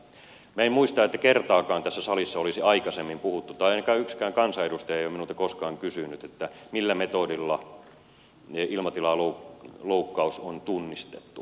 minä en muista että kertaakaan tässä salissa olisi aikaisemmin puhuttu tai ainakaan yksikään kansanedustaja ei ole minulta koskaan kysynyt että millä metodilla ilmatilan loukkaus on tunnistettu